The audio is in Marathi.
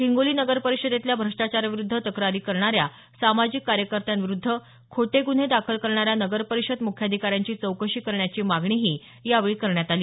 हिंगोली नगरपरिषदेतल्या भ्रष्टाचाराविरुद्ध तक्रारी करणाऱ्या सामाजिक कार्यकर्त्यांविरुद्ध खोटे गुन्हे दाखल करणाऱ्या नगरपरिषद मुख्याधिकाऱ्यांची चौकशी करण्याची मागणीही यावेळी करण्यात आली